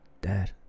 Dad